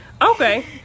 Okay